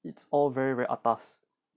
it's all very very atas